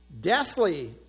Deathly